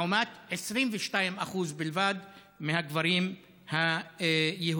לעומת 22% בלבד מהגברים היהודים.